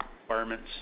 requirements